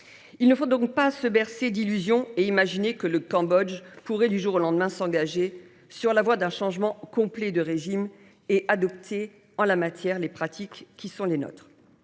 Il ne faut donc pas se bercer d’illusions et imaginer que le Cambodge pourrait du jour au lendemain s’engager sur la voie d’un changement complet de régime et adopter en la matière les pratiques qui sont les nôtres.